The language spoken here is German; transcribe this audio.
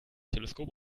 teleskop